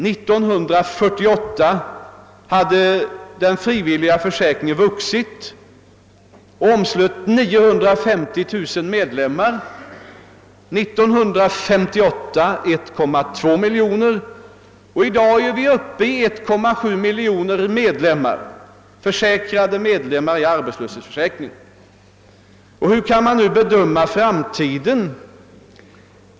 År 1948 hade den frivilliga försäkringen vuxit och omslöt 950000 medlemmar, 1958 var medlemsantalet 1,2 miljon och i dag är vi uppe i 1,7 miljon medlemmar, försäkrade i arbetslöshetsförsäkringen. Hur skall man nu bedöma framtiden?